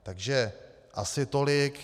Takže asi tolik.